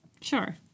Sure